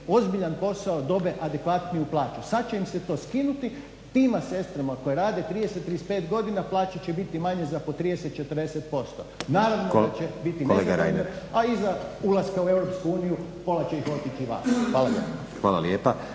ozbiljan posao dobiju adekvatniju plaću. Sad će im se to skinuti, tima sestrama koje rade 30 ,35 godina plaće će biti manje za po 30, 40%. Naravno da će biti … /Upadica Stazić: Kolega Reiner./… A iza ulaska u EU pola će ih otići van. Hvala lijepa.